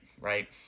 right